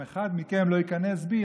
אם אחד מכם לא ייכנס בי,